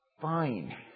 fine